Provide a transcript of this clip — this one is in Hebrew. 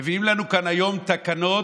מביאים לנו כאן היום תקנות